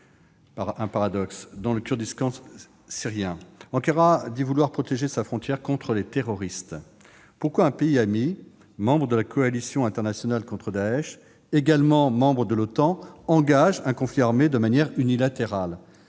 un paradoxe ! -dans le Kurdistan syrien. Ankara dit vouloir protéger sa frontière contre les terroristes. Pourquoi un pays ami, membre de la coalition internationale contre Daech, également membre de l'OTAN, engage-t-il un conflit armé de manière unilatérale,